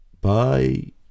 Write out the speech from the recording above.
bye